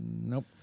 Nope